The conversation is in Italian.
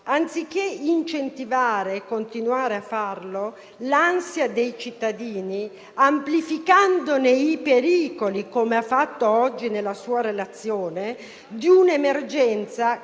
anziché continuare ad incentivare l'ansia dei cittadini amplificando i pericoli (come ha fatto oggi nella sua relazione) di un'emergenza